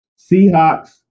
Seahawks